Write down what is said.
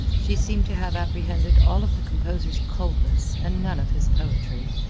she seemed to have apprehended all of the composer's coldness and none of his poetry.